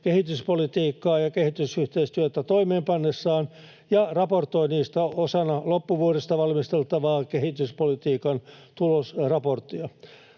kehityspolitiikkaa ja kehitysyhteistyötä toimeenpannessaan ja raportoi niistä osana loppuvuodesta valmisteltavaa kehityspolitiikan tulosraporttia.